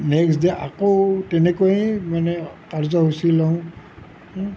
next day আকৌ তেনেকৈয়ে মানে কাৰ্য্যসূচী লওঁ